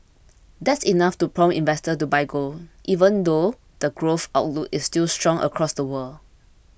that's enough to prompt investors to buy gold even though the growth outlook is still strong across the world